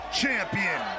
champion